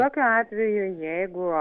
tokiu atveju jeigu